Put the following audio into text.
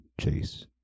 Chase